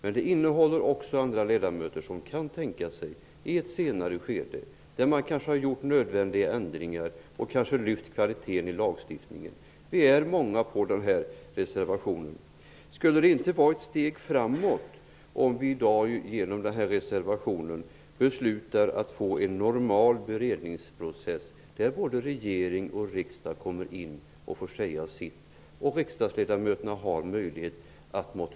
Men reservationen är också undertecknad av riksdagsledamöter som kanske i ett senare skede, då man har gjort nödvändiga ändringar och kanske höjt kvaliteten i lagförslaget, kan tänka sig att det skulle vara ett steg framåt. Vi är många som kan tänka oss det. Skulle det inte vara ett steg framåt om vi i dag, genom den här reservationen, beslutar om att få en normal beredningsprocess, där både regering och riksdag får säga sitt och riksdagsledamöterna har möjlighet att motionera?